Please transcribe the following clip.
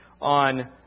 on